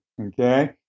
okay